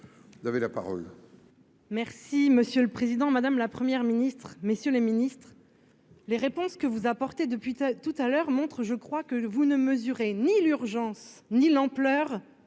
vous avez la parole.